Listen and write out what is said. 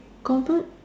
comfort